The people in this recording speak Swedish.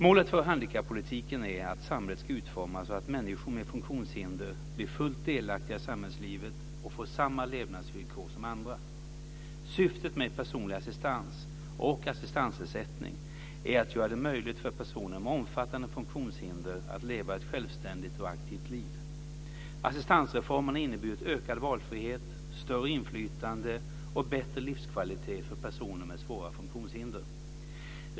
Målet för handikappolitiken är att samhället ska utformas så att människor med funktionshinder blir fullt delaktiga i samhällslivet och får samma levnadsvillkor som andra. Syftet med personlig assistans och assistansersättning är att göra det möjligt för personer med omfattande funktionshinder att leva ett självständigt och aktivt liv. Assistansreformen har inneburit ökad valfrihet, större inflytande och bättre livskvalitet för personer med svåra funktionshinder.